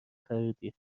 خریدیم